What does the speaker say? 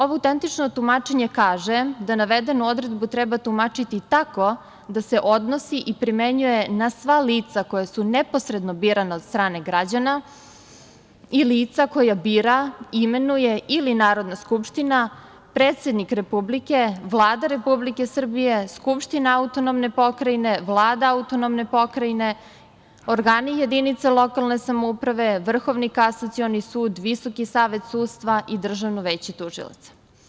Ovo autentično tumačenje kaže da navedenu odredbu treba tumačiti tako da se odnosi i primenjuje na sva lica koja su neposredno birana od strane građana i lica koja bira, imenuje ili Narodna skupština, predsednik Republike, Vlada Republike Srbije, Skupština autonomne pokrajine, Vlada autonomne pokrajine, organi jedinice lokalne samouprave, Vrhovni kasacioni sud, Visoki savet sudstva i Državno veće tužilaca.